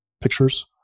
pictures